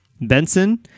Benson